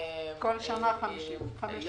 בכל שנה 50. -- של